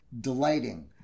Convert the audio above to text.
delighting